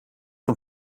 hem